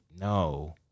no